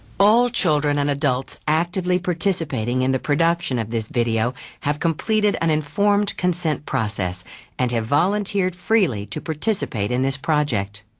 all children and adults actively participating in the production of this video have completed an informed consent process and have volunteered freely to participate in this project.